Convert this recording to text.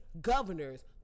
governors